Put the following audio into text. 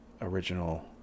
original